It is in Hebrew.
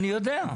אני יודע.